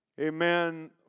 amen